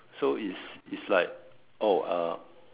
so is is like oh uh